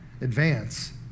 advance